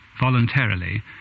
voluntarily